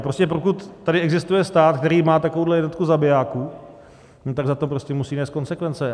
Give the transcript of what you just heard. Prostě pokud tady existuje stát, který má takovouhle jednotku zabijáků, tak za to prostě musí nést konsekvence.